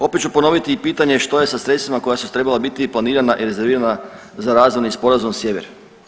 Opet ću ponoviti i pitanje što je sa sredstvima koja su trebala biti planirana i rezervirana za razvojni sporazum Sjever.